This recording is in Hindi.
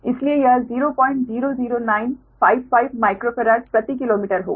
इसलिए यह 000955 माइक्रोफैराड प्रति किलोमीटर होगा